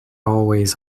always